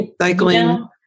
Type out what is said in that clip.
cycling